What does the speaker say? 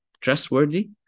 trustworthy